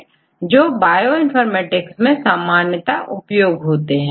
तो यह फॉर्मेट जो आप बायोइनफॉर्मेटिक्स में सामान्यता उपयोग करते हैं